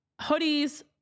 Hoodies